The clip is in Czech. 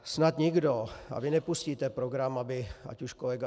Snad nikdo, a vy nepustíte program, aby ať už kolega